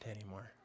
anymore